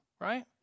right